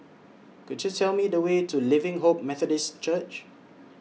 Could YOU Tell Me The Way to Living Hope Methodist Church